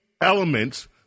elements